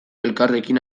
elkarrekin